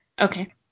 Okay